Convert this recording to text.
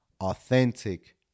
Authentic